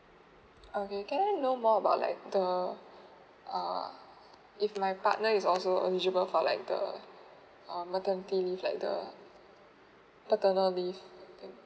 okay can I know more about like the uh if my partner is also eligible for like the uh maternity leave like the paternal leave